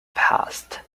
past